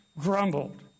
grumbled